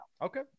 Okay